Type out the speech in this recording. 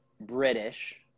british